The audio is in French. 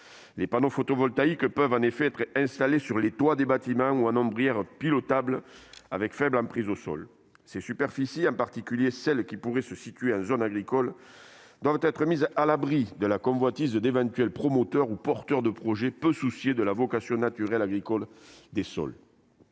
Les panneaux photovoltaïques peuvent en effet être installés sur les toits des bâtiments ou en ombrières pilotables avec faible emprise au sol. Ces superficies, en particulier celles qui pourraient se situer en zone agricole, doivent être mises à l'abri de la convoitise d'éventuels promoteurs ou porteurs de projets peu soucieux de la vocation naturelle agricole des sols.